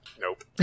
Nope